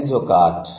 science ఒక art